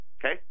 okay